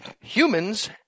humans